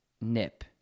nip